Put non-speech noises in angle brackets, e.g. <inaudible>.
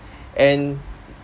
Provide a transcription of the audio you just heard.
<breath> and